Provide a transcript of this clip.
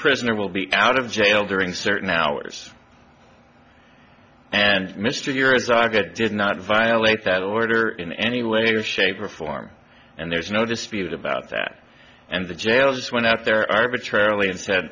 prison or will be out of jail during certain hours and mr here is our good did not violate that order in any way or shape or form and there's no dispute about that and the jail just went out there arbitrarily and said